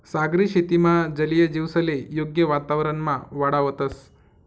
सागरी शेतीमा जलीय जीवसले योग्य वातावरणमा वाढावतंस